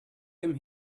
come